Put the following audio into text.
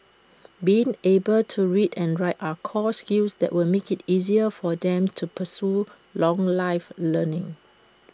being able to read and write are core skills that will make IT easier for them to pursue long life learning